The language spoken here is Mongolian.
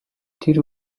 тэр